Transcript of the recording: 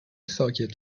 ساکت